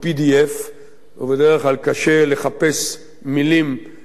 ובדרך כלל קשה לחפש מלים בפורמט כזה,